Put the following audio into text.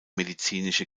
medizinische